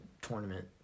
tournament